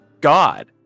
god